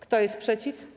Kto jest przeciw?